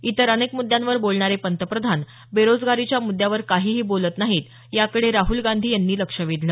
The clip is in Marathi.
इतर अनेक मुद्यांवर बोलणारे पंतप्रधान बेरोजगारीच्या मुद्यावर काहीही बोलत नाहीत याकडे राहल गांधी यांनी लक्ष वेधलं